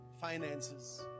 finances